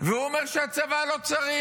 הוא אומר שהצבא לא צריך.